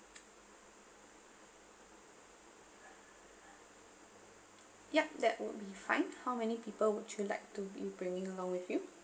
ya that would be fine how many people would you like to be bringing along with you